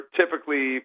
typically